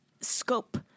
scope